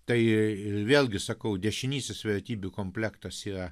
tai vėlgi sakau dešinysis vertybių komplektas yra